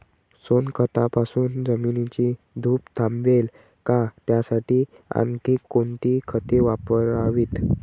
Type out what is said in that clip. सोनखतापासून जमिनीची धूप थांबेल का? त्यासाठी आणखी कोणती खते वापरावीत?